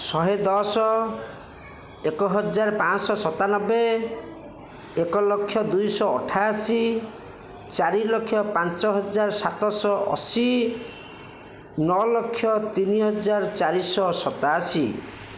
ଶହେ ଦଶ ଏକହଜାର ପାଞ୍ଚଶହ ସତାନବେ ଏକଲକ୍ଷ ଦୁଇଶହ ଅଠାଅଶୀ ଚାରିଲକ୍ଷ ପାଞ୍ଚହଜାର ସାତଶହ ଅଶୀ ନଅଲକ୍ଷ ତିନିହଜାର ଚାରିଶହ ସତାଅଶୀ